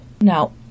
Now